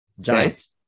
Giants